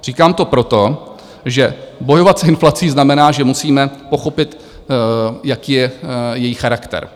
Říkám to proto, že bojovat s inflací znamená, že musíme pochopit, jaký je její charakter.